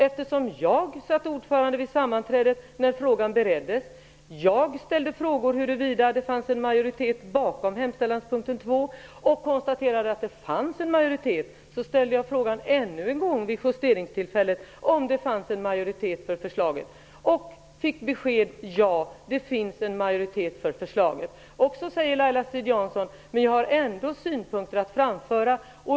Eftersom jag satt ordförande vid sammanträdet när frågan bereddes ställde jag frågor huruvida det fanns en majoritet bakom hemställanspunkten 2. Jag konstaterade då att det fanns en majoritet. Vid justeringstillfället ställde jag frågan ännu en gång om det fanns en majoritet för förslaget. Jag fick beskedet: Ja, det finns en majoritet för förslaget. Därefter säger Laila Strid-Jansson att hon har ytterligare synpunkter att framföra.